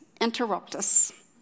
interruptus